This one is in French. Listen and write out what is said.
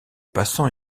passants